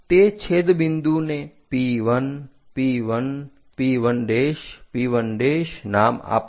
તે છેદબિંદુને P1 P1 P1 P1 નામ આપો